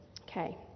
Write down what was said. Okay